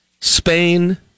Spain